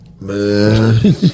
Man